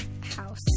house